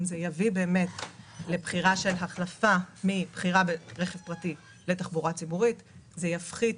אם זה יחליף את הרכב הפרטי, זה יפחית